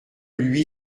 lui